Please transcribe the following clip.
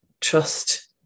trust